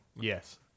Yes